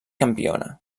campiona